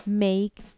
Make